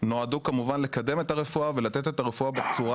נועדו כמובן לקדם את הרפואה ולתת את הרפואה בצורה